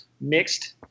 mixed